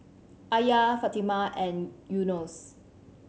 Alya Fatimah and Yunos